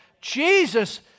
Jesus